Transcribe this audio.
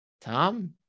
Tom